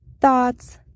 thoughts